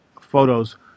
photos